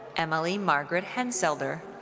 emily margaret henselder.